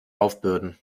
aufbürden